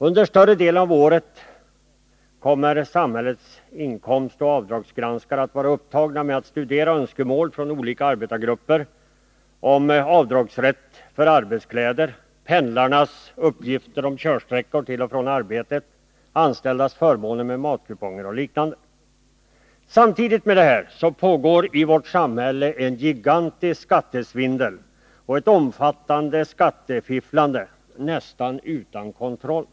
Under större delen av året kommer samhällets inkomstoch avdragsgranskare att vara upptagna med att studera önskemål från olika arbetargrupper om avdragsrätt för arbetskläder, pendlarnas uppgifter om körsträckor till och från arbetet, anställdas förmåner i form av matkuponger och liknande. Samtidigt med detta pågår i vårt samhälle en gigantisk skattesvindel och ett omfattande skattefifflande — nästan utan kontroll.